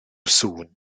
sŵn